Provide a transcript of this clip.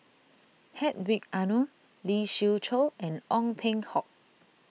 Hedwig Anuar Lee Siew Choh and Ong Peng Hock